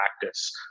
practice